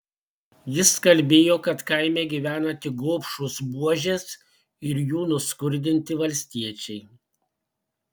jis kalbėjo kad kaime gyvena tik gobšūs buožės ir jų nuskurdinti valstiečiai